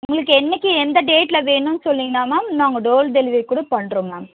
உங்களுக்கு என்னைக்கு எந்த டேட்டில் வேணும்னு சொன்னீங்கன்னால் மேம் நாங்கள் டோர் டெலிவரி கூட பண்ணுறோம் மேம்